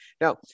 Now